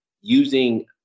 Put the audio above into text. using